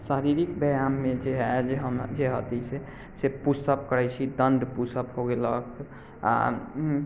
शारीरिक व्यायाममे जे हइ जे हम जे हथि से से पुशअप करै छी दण्ड पुशअप हो गेलक आओर